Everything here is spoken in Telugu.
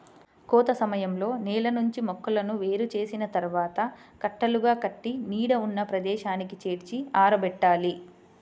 కోత సమయంలో నేల నుంచి మొక్కలను వేరు చేసిన తర్వాత కట్టలుగా కట్టి నీడ ఉన్న ప్రదేశానికి చేర్చి ఆరబెట్టాలి